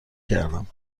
کردم